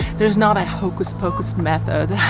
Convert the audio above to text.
there's not a hocus-pocus method.